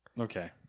Okay